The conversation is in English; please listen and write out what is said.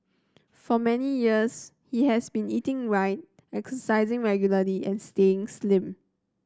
for many years he has been eating right exercising regularly and staying slim